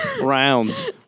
rounds